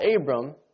Abram